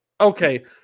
okay